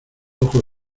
ojos